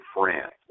France